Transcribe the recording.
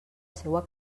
seua